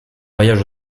voyage